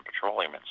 Petroleum